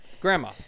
Grandma